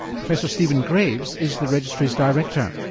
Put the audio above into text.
professor stephen graves is the registry's director.